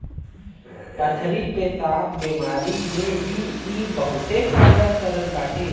पथरी पेसाब के बेमारी में भी इ बहुते फायदा करत बाटे